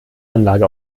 anlage